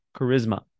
charisma